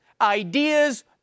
ideas